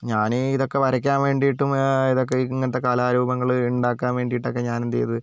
ഞാൻ ഇതൊക്കേ വരയ്ക്കാൻ വേണ്ടിയിട്ടും ഇതൊക്കെ ഇങ്ങനത്തെ കലാരൂപങ്ങൾ ഉണ്ടാക്കാൻ വേണ്ടിയിട്ടൊക്കെ ഞാൻ എന്ത് ചെയ്തു